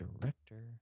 director